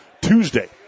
Tuesday